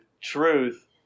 truth